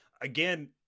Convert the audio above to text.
again